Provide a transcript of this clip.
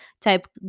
type